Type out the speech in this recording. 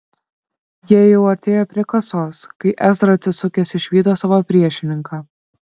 jie jau artėjo prie kasos kai ezra atsisukęs išvydo savo priešininką